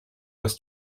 was